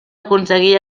aconseguir